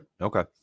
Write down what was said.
okay